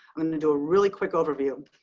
i'm going to do a really quick overview.